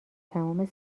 تمام